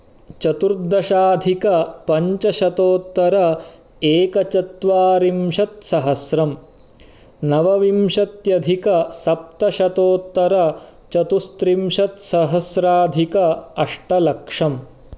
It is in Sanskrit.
चतुर्दशाधिकपञ्चशतोत्तर एकचत्वारिंशत्सहस्रम् नवविंशत्यधिकसप्तशतोत्तरचतुस्स्त्रिंशत्शस्राधिक अष्टलक्षम्